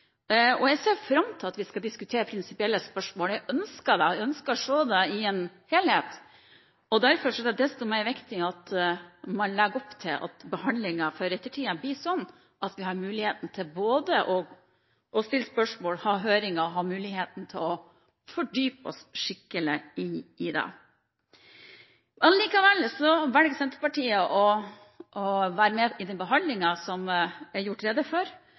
karakter. Jeg ser fram til at vi skal diskutere prinsipielle spørsmål, jeg ønsker det, jeg ønsker å se det i en helhet. Derfor er det desto viktigere at man legger opp til at behandlingen for ettertiden blir slik at vi har mulighet til både å stille spørsmål, ha høringer og ha mulighet til å fordype oss skikkelig i det. Allikevel velger Senterpartiet å være med på den behandlingen som det er gjort rede for.